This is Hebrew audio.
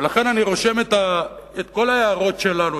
ולכן אני רושם את כל ההערות שלנו,